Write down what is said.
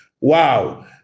Wow